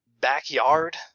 backyard